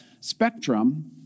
spectrum